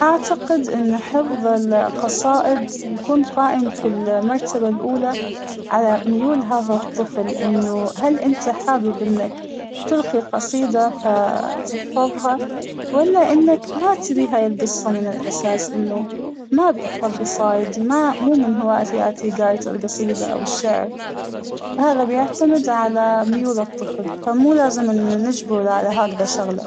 أعتقد أن حفظ القصائد بيكون قائم فى المرتبة الأولى على ميول هذا الطفل ، إنه هل إنت حابب إنك تلقى قصيدة فاا- تحفظها ولا أنك ما تبى هاى القصة من الأساس، إنه ما بيحفظ قصايد ما مو من هواياتى قراية القصيدة أو الشعر ، هذا بيعتمد على ميول الطفل فمو لآ زم نجبره على هيك شغلة.